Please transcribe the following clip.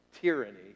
tyranny